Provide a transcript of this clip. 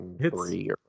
three